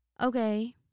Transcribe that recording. Okay